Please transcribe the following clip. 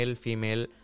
female